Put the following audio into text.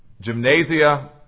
gymnasia